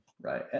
Right